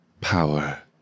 power